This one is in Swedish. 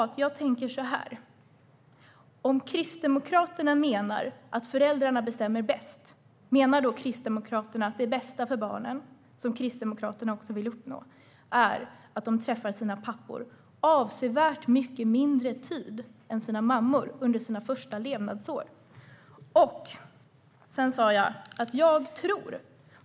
Jag tänker så här: Om Kristdemokraterna menar att föräldrarna bestämmer bäst, menar då Kristdemokraterna att det bästa för barnen, som ju Kristdemokraterna också vill uppnå, är att de träffar sina pappor avsevärt mindre tid än de träffar sina mammor under sina första levnadsår?